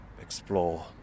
explore